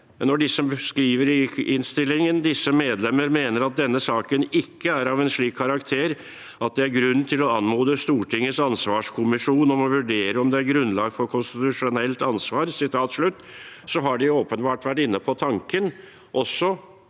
De skriver i innstillingen: «Disse medlemmer mener at denne saken ikke er av en slik karakter at det er grunn til å anmode Stortingets ansvarskommisjon om å vurdere om det er grunnlag for konstitusjonelt ansvar.» Da har de åpenbart vært inne på tanken om